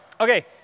Okay